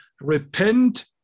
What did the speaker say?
repent